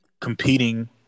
competing